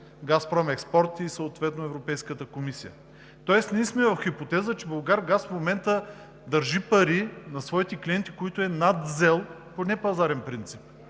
Газпром експорт и съответно Европейската комисия. Тоест ние сме в хипотеза, че Булгаргаз в момента държи пари на своите клиенти, които е надвзел по непазарен принцип.